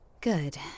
good